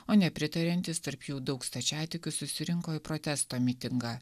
o nepritariantys tarp jų daug stačiatikių susirinko į protesto mitingą